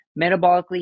metabolically